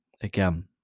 again